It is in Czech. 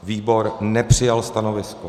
Výbor nepřijal stanovisko.